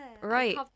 Right